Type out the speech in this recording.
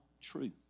true